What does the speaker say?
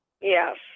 Yes